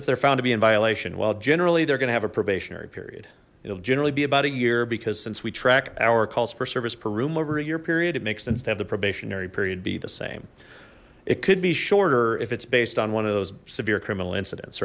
they're found to be in violation well generally they're gonna have a probationary period it'll generally be about a year because since we track our costs per service per room over a year period it makes sense to have the probationary period be the same it could be shorter if it's based on one of those severe criminal incidents